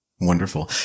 Wonderful